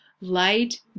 light